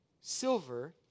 silver